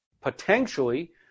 potentially